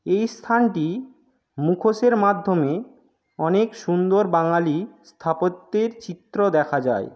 এই স্থানটি মুখোশের মাধ্যমে অনেক সুন্দর বাঙালি স্থাপত্যের চিত্র দেখা যায়